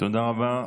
תודה רבה.